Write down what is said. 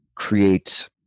create